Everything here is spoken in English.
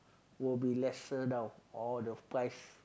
will be lesser down all the price